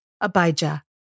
Abijah